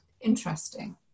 interesting